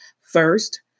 First